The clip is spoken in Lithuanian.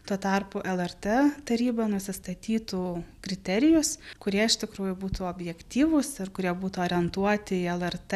tuo tarpu lrt taryba nusistatytų kriterijus kurie iš tikrųjų būtų objektyvūs ir kurie būtų orientuoti į lrt